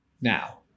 now